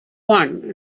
one